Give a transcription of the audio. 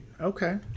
Okay